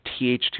TH2